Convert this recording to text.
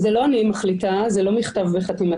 לא אני מחליטה, זה לא מכתב בחתימתי.